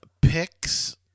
picks